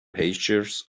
pastures